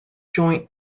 joint